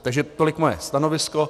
Takže tolik moje stanovisko.